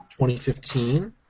2015